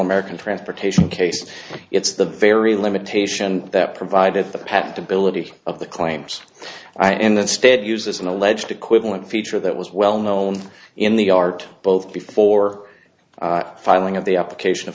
american transportation case it's the very limitation that provided the patentability of the claims in the stead uses an alleged equivalent feature that was well known in the art both before filing of the application